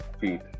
feet